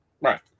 Right